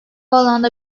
alanda